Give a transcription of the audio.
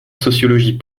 sociologie